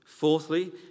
Fourthly